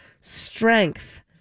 strength